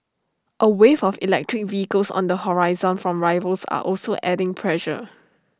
A wave of electric vehicles on the horizon from rivals are also adding pressure